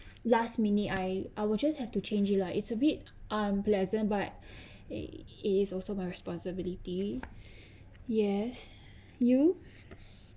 last minute I I will just have to change it lah it's a bit unpleasant but it is also my responsibility yes you